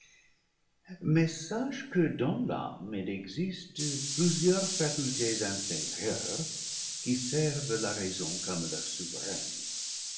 sache que dans l'âme il existe plusieurs facultés inférieures qui servent la raison comme leur souveraine